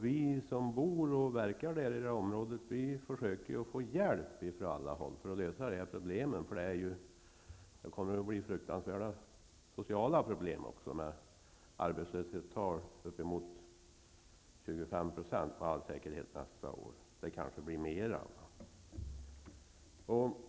Vi som bor och verkar i området försöker få hjälp från alla håll för att lösa problemen. Det kommer att bli fruktansvärda sociala problem också med arbetslöshetstal som med all säkerhet kommer att gå upp emot 25 % nästa år -- det kanske blir mera.